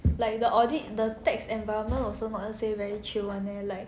like the audit the tax environment also not say very chill [one] leh like